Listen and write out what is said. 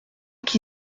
qui